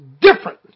different